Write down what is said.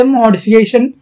modification